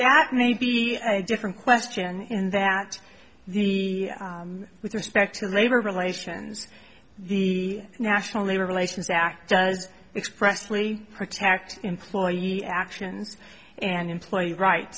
that may be a different question in that the with respect to labor relations the national labor relations act does expressly protect employee actions and employee right